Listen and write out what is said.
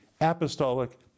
apostolic